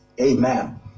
Amen